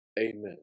Amen